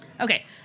Okay